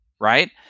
Right